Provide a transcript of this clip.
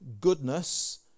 goodness